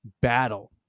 battle